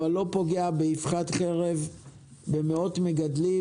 אבל לא פוגע באבחת חרב במאות מגדלים,